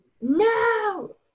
No